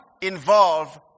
involve